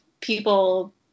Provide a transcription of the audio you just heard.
people